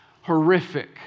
horrific